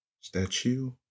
Statue